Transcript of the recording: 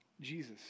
Jesus